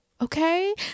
Okay